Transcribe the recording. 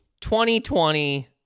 2020